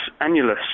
annulus